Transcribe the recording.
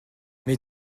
mais